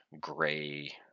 gray